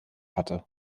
hatte